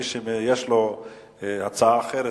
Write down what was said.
מי שיש לו הצעה אחרת,